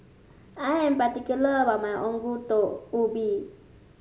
I am particular about my Ongol Ubi